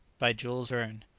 by jules verne.